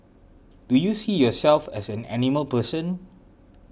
do you see yourself as an animal person